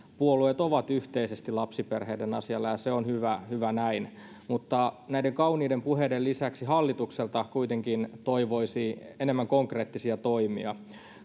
puolueet ovat yhteisesti lapsiperheiden asialla ja se on hyvä hyvä näin mutta näiden kauniiden puheiden lisäksi hallitukselta kuitenkin toivoisi enemmän konkreettisia toimia